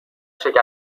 شکسته